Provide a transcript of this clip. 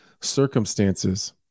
circumstances